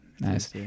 nice